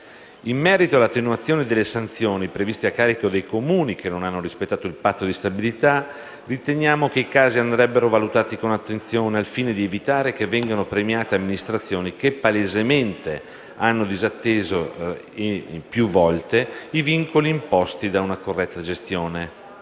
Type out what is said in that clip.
In merito all'attenuazione delle sanzioni previste a carico dei Comuni che non hanno rispettato il patto di stabilità riteniamo che i casi andrebbero valutati con attenzione al fine di evitare che vengano premiate amministrazioni che palesemente hanno disatteso più volte i vincoli imposti da una corretta gestione.